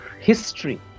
history